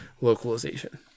localization